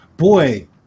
Boy